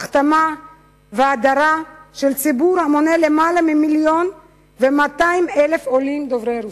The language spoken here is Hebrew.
הכתמה והדרה של ציבור של יותר מ-1.2 מיליון עולים דוברי רוסית.